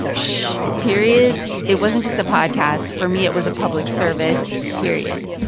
sssh! periods it wasn't just a podcast. for me, it was a public service period